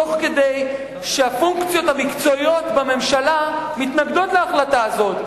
תוך כדי התנגדות של הפונקציות המקצועיות בממשלה להחלטה הזאת.